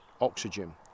oxygen